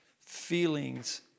feelings